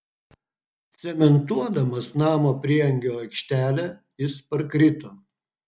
cementuodamas namo prieangio aikštelę jis parkrito